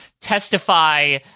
testify